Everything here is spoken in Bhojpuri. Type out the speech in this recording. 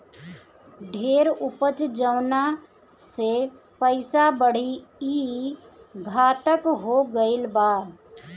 ढेर उपज जवना से पइसा बढ़ी, ई घातक हो गईल बा